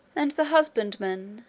and the husbandman,